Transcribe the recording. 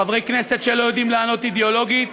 חברי כנסת שלא יודעים לענות אידיאולוגית,